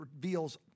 reveals